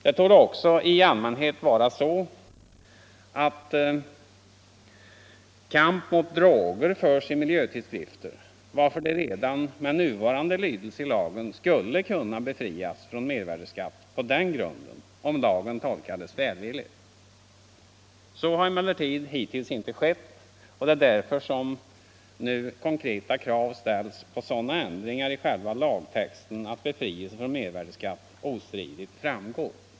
Det torde också i allmänhet vara så att kamp mot droger förs i miljötidskrifter, varför de redan med nuvarande lydelse i lagen skulle kunna befrias från mervärdeskatt på den grunden, om lagen tolkades välvilligt. Så har emellertid hittills inte skett, och det är därför som nu konkreta krav ställs på sådan ändring i själva lagtexten att befrielsen från mervärdeskatt ostridigt framgår.